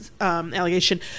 allegation